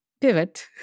pivot